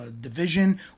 division